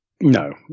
No